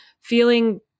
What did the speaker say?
feeling